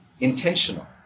intentional